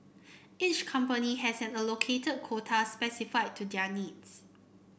each company has an allocated quota specific to their needs